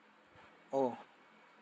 oh